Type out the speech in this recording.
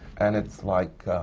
and it's like,